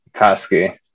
Koski